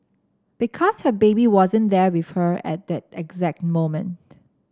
because her baby wasn't there with her at that exact moment